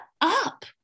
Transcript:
up